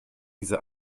diese